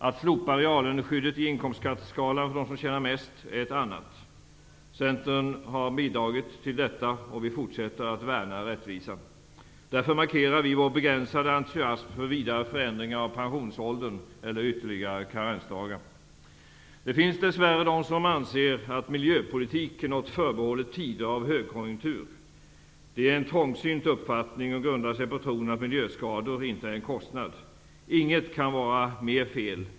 Att slopa reallöneskyddet i inkomstskatteskalan för dem som tjänar mest är ett annat. Vi i Centern har bidragit till detta, och vi fortsätter att värna rättvisan. Därför markerar vi vår begränsade entusiasm för vidare förändringar av pensionsåldern eller ytterligare karensdagar. Det finns dess värre de som anser att miljöpolitik är något som är förbehållet tider av högkonjunktur. Det är en trångsynt uppfattning som grundar sig på tron att miljöskador inte är en kostnad. Inget kan vara mer fel.